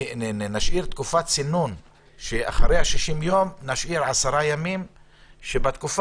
נשאיר תקופת צינון שאחרי ה-60 יום נשאיר עשרה בימים שבהם